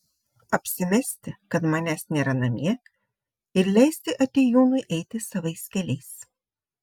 apsimesti kad manęs nėra namie ir leisti atėjūnui eiti savais keliais